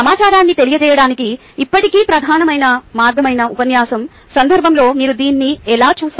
సమాచారాన్ని తెలియజేయడానికి ఇప్పటికీ ప్రధానమైన మార్గమైన ఉపన్యాసం సందర్భంలో మీరు దీన్ని ఎలా చేస్తారు